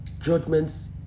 judgments